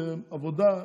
עבודה,